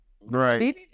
Right